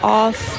off